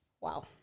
Wow